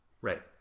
Right